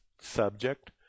subject